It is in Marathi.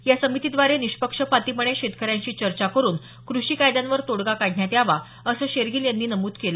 या समितीद्वारे निष्पक्षपातीपणे शेतकऱ्यांशी चर्चा करून कृषी कायद्यांवर तोडगा काढण्यात यावा असं शेरगील यांनी नमूद केलं